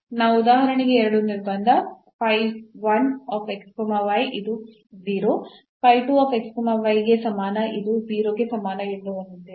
ನಾವು ಉದಾಹರಣೆಗೆ ಎರಡು ನಿರ್ಬಂಧ ಇದು ಗೆ ಸಮಾನ ಇದು 0 ಗೆ ಸಮಾನ ಎಂದು ಹೊಂದಿದ್ದೇವೆ